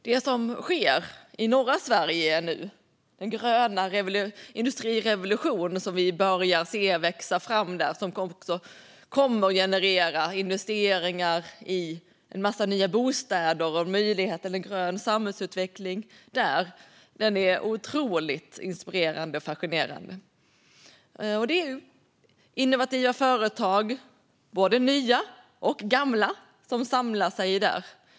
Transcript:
Det som sker i norra Sverige nu, den gröna industrirevolution som vi ser börja växa fram och som kommer att generera investeringar i en massa nya bostäder och möjlighet till grön samhällsutveckling, är otroligt inspirerande och fascinerande. Det är innovativa företag, både nya och gamla, som samlas där.